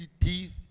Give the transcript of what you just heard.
teeth